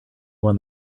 one